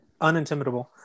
unintimidable